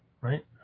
right